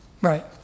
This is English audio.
Right